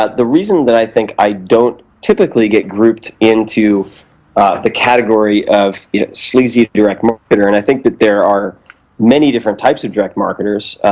ah the reason that i think i don't typically get grouped into the category of you know sleazy direct marketeroand i think there are many different types of direct marketers,